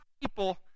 people